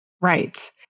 Right